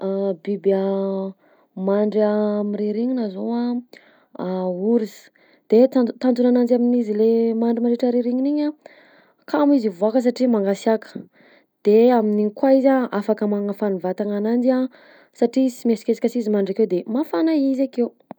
Biby mandry amin'ny rirignina zao: orsa, de taj- tanjona ananjy amin'izy le mandry mandritra rirignina igny a kamo izy hivoaka satria mangasiaka, de amin'igny koa izy a afaka magnafana vatana ananjy a satria izy sy mihesikesika si izy mandry akeo de mafana izy akeo